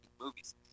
movies